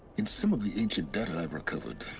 in some of the ancient data i've recovered.